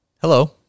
hello